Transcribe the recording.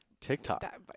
tiktok